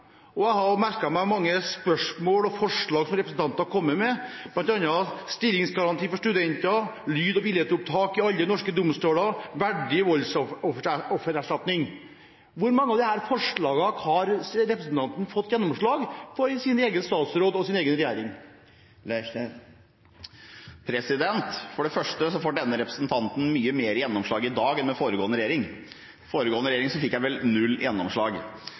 og jeg har merket meg mange spørsmål og forslag som representanten har kommet med, bl.a. stillingsgaranti for studenter, lyd- og billedopptak i alle norske domstoler, verdig voldsoffererstatning. Hvor mange av disse forslagene har representanten fått gjennomslag for hos egen statsråd og i egen regjering? For det første får denne representanten mye mer gjennomslag i dag enn med foregående regjering. I foregående regjering fikk jeg vel null gjennomslag.